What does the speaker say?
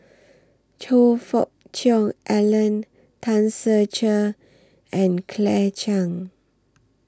Choe Fook Cheong Alan Tan Ser Cher and Claire Chiang